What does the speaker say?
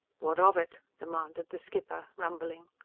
what of it? demanded the skipper, rumbling.